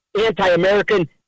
anti-American